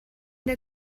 der